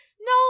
no